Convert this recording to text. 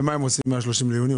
ומה הם עושים מה-30 ביוני?